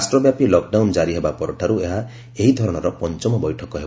ରାଷ୍ଟ୍ର ବ୍ୟାପି ଲକ୍ଡାଉନ ଜାରି ହେବା ପରଠାରୁ ଏହା ଏହି ଧରଣର ପଞ୍ଚମ ବୈଠକ ହେବ